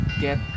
get